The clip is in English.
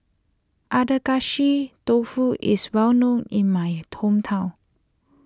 Agedashi Dofu is well known in my hometown